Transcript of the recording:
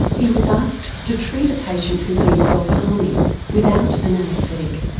he was asked to treat a patient who'd been self harming without an anaesthetic.